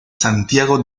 santiago